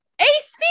ace